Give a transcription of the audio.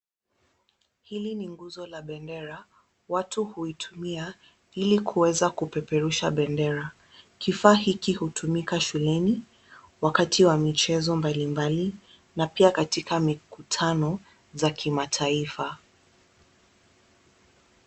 Hili ni nguzo la bendera, watu huitumia ili kuweza kupeperusha bendera. Kifaa hiki hutumika Shuleni wakati wa michezo mbalimbali na pia katika mikutano za kimataifa.